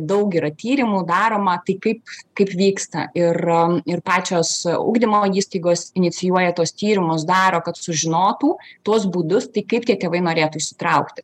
daugelio tyrimų daroma tai kaip kaip vyksta ir ir pačios ugdymo įstaigos inicijuoja tuos tyrimus daro kad sužinotų tuos būdus tai kaip tie tėvai norėtų įsitraukti